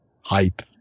hype